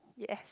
yes